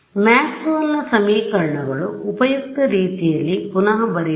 ಆದ್ದರಿಂದಮ್ಯಾಕ್ಸ್ವೆಲ್ನMaxwell's ಸಮೀಕರಣಗಳು ಉಪಯುಕ್ತ ರೀತಿಯಲ್ಲಿ ಪುನಃ ಬರೆಯುವ